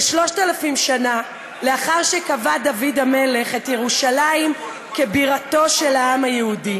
כ-3,000 שנה לאחר שקבע דוד המלך את ירושלים כבירתו של העם היהודי